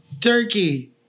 Turkey